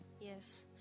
Yes